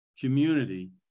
community